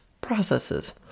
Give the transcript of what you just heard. processes